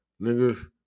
niggas